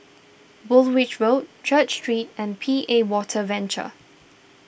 Woolwich Road Church Street and P A Water Venture